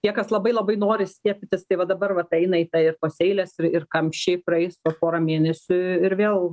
tie kas labai labai nori skiepytis tai vat dabar vat eina į tą ir tos eilės ir ir kamščiai praeis po pora mėnesių ir vėl